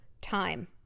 time